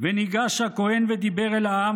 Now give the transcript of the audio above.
ונגש הכהן ודיבר אל העם.